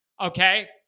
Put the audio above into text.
Okay